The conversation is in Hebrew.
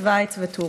שווייץ וטורקיה.